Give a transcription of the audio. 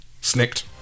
Snicked